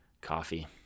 Coffee